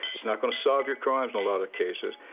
it's not gonna solve your crimes in a lot of cases.